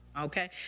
Okay